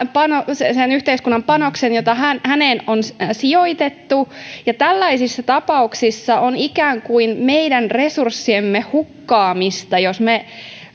sen yhteiskunnan panoksen joka häneen on sijoitettu tällaisissa tapauksissa on ikään kuin meidän resurssiemme hukkaamista jos me